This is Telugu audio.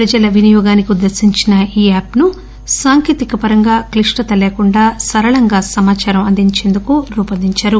ప్రజల వినియోగానికి ఉద్దేశించిన ఈ యాప్పు సాంకేతిక పరంగా క్లిష్టత లేకుండా సరళంగా సమాచారం అందించేందుకు రూపొందించారు